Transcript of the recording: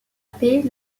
paix